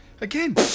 Again